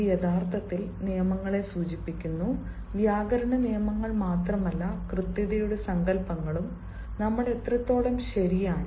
ഇത് യഥാർത്ഥത്തിൽ നിയമങ്ങളെ സൂചിപ്പിക്കുന്നു വ്യാകരണ നിയമങ്ങൾ മാത്രമല്ല കൃത്യതയുടെ സങ്കൽപ്പങ്ങളും നമ്മൾ എത്രത്തോളം ശരിയാണ്